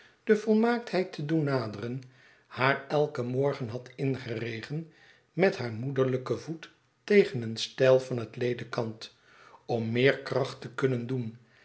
de volmaaktheid te doen naderen haar eiken morgen had ingeregen met haar moederlijken voet tegen een stijl van het ledekant om meer kracht té kunnen doen